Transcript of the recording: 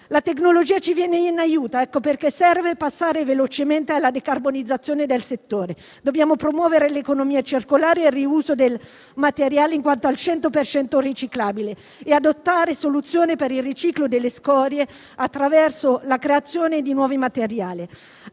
La tecnologia ci viene in aiuto. Ecco perché serve passare velocemente alla decarbonizzazione del settore. Dobbiamo promuovere l'economia circolare al riuso del materiale in quanto al 100 per cento riciclabile e adottare soluzioni per il riciclo delle scorie attraverso la creazione di nuovi materiali.